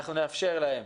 אנחנו נאפשר להם